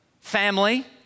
family